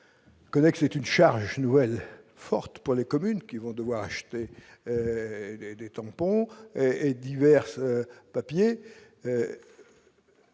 Ce serait une charge nouvelle forte pour les communes, qui vont devoir acheter des tampons, divers papiers,